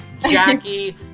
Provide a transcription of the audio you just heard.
Jackie